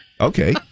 Okay